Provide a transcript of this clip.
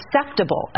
acceptable